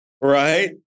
right